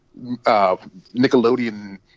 Nickelodeon